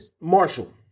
Marshall